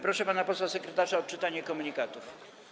Proszę pana posła sekretarza o odczytanie komunikatów.